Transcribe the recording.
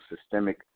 systemic